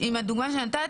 בדוגמה שנתת,